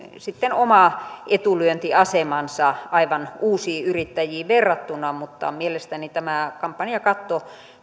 oma etulyöntiasemansa aivan uusiin yrittäjiin verrattuna mutta mielestäni tämä kampanjakatto